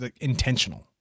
intentional